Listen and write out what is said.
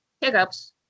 hiccups